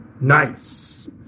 Nice